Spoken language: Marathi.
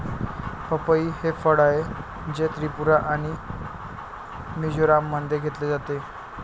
पपई हे फळ आहे, जे त्रिपुरा आणि मिझोराममध्ये घेतले जाते